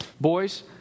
Boys